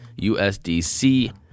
USDC